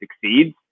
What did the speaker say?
succeeds